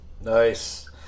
nice